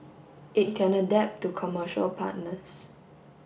it can adapt to commercial partners